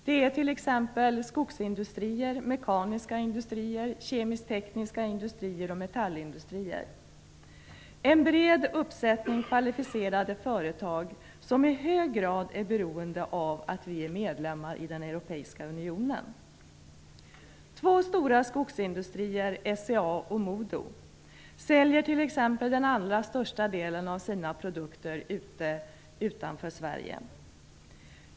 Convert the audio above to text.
Det är t.ex. skogsindustrier, mekaniska industrier, kemisk-tekniska industrier och metallindustrier, en bred uppsättning kvalificerade företag som i hög grad är beroende av att vi är medlemmar i den Europeiska unionen. Två stora skogsindustrier, SCA och MoDo, säljer t.ex. den allra största delen av sina produkter utanför Sverige.